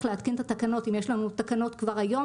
להתקין את התקנות אם יש לנו תקנות כבר היום,